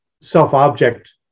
self-object